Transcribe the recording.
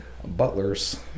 butlers